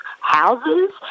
houses